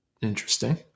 Interesting